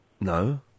no